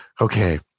okay